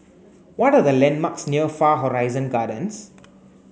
what the landmarks near Far Horizon Gardens